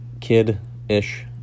kid-ish